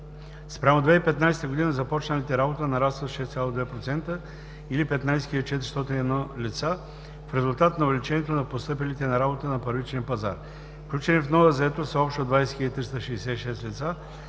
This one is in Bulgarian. Спрямо 2015 г. започналите работа нарастват с 6,2% или 15 401 лица, в резултат на увеличението на постъпилите на работа на първичния пазар. Включени в нова заетост са общо 20 366 лица,